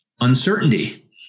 uncertainty